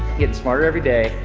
getting smarter every day.